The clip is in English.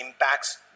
impacts